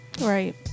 right